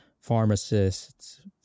pharmacists